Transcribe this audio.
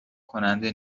کننده